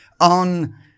on